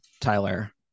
Tyler